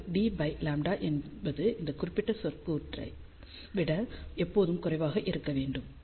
அது d λ என்பது இந்த குறிப்பிட்ட சொற்கூறை விட எப்போதும் குறைவாக இருக்க வேண்டும்